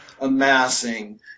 amassing